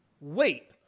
wait